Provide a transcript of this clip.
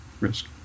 risk